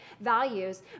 values